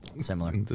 Similar